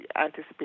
anticipate